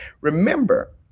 Remember